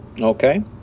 Okay